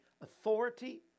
authority